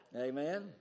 Amen